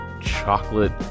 chocolate